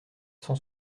cent